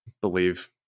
Believe